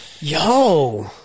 Yo